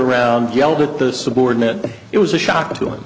around yelled at the subordinate it was a shock to him